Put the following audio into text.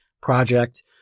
project